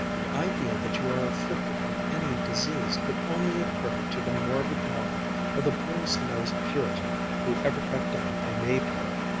the idea that you are afflicted with any disease could only occur to the morbid mind of the bluest-nosed puritan who ever cut down a may-pole!